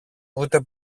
ούτε